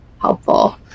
helpful